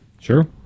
Sure